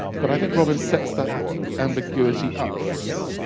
but i think robbins sets that ambiguity up for us.